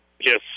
Yes